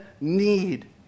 need